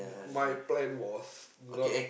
my plan was not